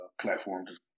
platforms